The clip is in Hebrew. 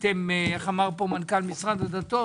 איך אמר פה מנכ"ל משרד הדתות